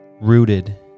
rooted